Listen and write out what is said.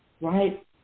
right